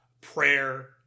Prayer